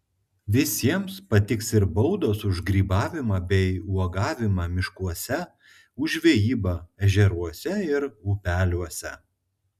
visiems patiks ir baudos už grybavimą bei uogavimą miškuose už žvejybą ežeruose ir upeliuose